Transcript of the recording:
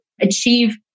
achieve